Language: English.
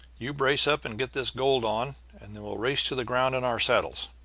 you brace up and get this gold on, and then we'll race to the ground in our saddles